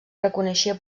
reconeixia